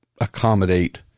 accommodate